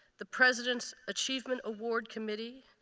the president's achievement award committee,